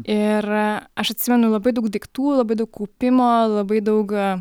ir aš atsimenu labai daug daiktų labai daug kaupimo labai daug